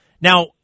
Now